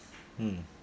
mm